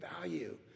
value